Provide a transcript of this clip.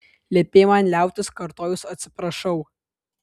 liepei man liautis kartojus atsiprašau